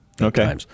Okay